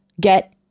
get